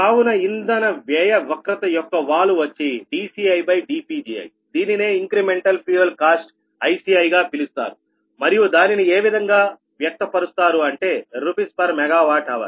కావున ఇంధన వ్యయ వక్రత యొక్క వాలు వచ్చి dCidPgi దీనినే ఇంక్రెమెంటల్ ఫ్యూయల్ కాస్ట్ ICiగా పిలుస్తారు మరియు దానిని ఏ విధంగా వ్యక్తపరుస్తారు అంటే RsMWh